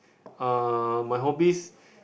uh my hobbies